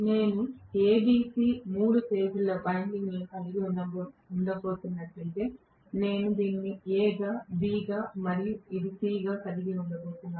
నేను A B C మూడు phase ల వైండింగ్లను కలిగి ఉండబోతున్నట్లయితే నేను దీనిని A గా B గా మరియు ఇది C గా కలిగి ఉండబోతున్నాను